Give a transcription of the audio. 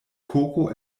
koko